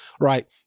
Right